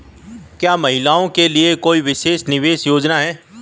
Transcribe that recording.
क्या महिलाओं के लिए कोई विशेष निवेश योजना है?